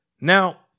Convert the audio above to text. Now